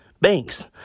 Banks